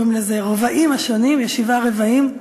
הרבעים השונים, יש שבעה רבעים,